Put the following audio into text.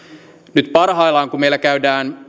nyt parhaillaan kun meillä käydään